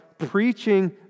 Preaching